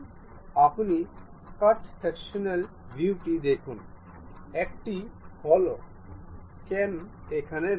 আপনি cut sectional ভিউটি দেখুন একটি হলোও কেন্ এখানে রয়েছে